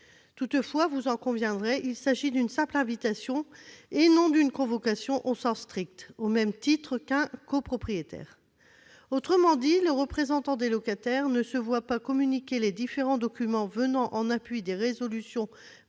Toutefois, vous en conviendrez, il s'agit d'une simple invitation, et non d'une convocation au sens strict, comme cela est prévu pour un copropriétaire. Autrement dit, le représentant des locataires ne se voit pas communiquer les différents documents venant en appui des résolutions prévues